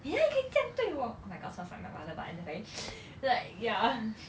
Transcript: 你哪里可以这样对我 oh my god sounds like my mother but anyway like ya